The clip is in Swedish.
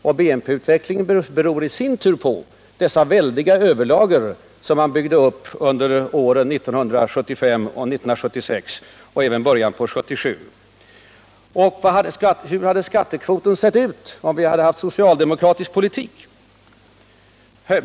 Och BNP-utvecklingen beror i sin tur på dessa väldiga överlager som man byggde upp under åren 1975 och 1976. Hur hade skattekvoten sett ut om vi hade haft en socialdemokratisk politik?